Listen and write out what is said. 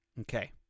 Okay